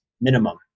minimum